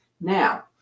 Now